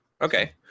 okay